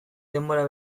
denbora